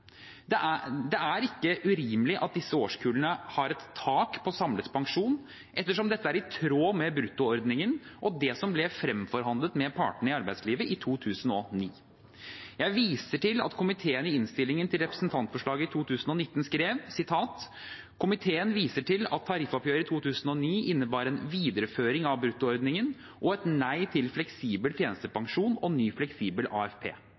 Det er ikke urimelig at disse årskullene har et tak på samlet pensjon, ettersom dette er i tråd med bruttoordningen og det som ble fremforhandlet med partene i arbeidslivet i 2009. Jeg viser til at komiteen i innstillingen til representantforslaget i 2019 skrev: «Komiteen viser til at tariffoppgjøret i 2009 innebar en videreføring av bruttoordningen og et nei til fleksibel tjenestepensjon og ny fleksibel AFP.